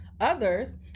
others